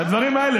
לדברים האלה,